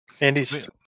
Andy's